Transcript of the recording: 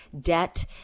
debt